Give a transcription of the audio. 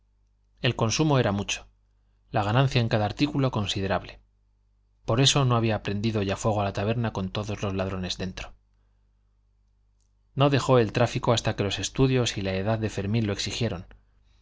el consumo era mucho la ganancia en cada artículo considerable por eso no había prendido ya fuego a la taberna con todos los ladrones dentro no dejó el tráfico hasta que los estudios y la edad de fermín lo exigieron